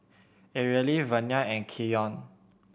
Areli Vernia and Keyon